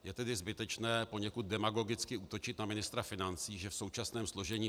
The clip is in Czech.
Je tedy zbytečné poněkud demagogicky útočit na ministra financí, že v současném složení